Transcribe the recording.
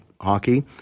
hockey